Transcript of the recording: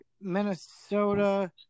Minnesota